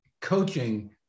coaching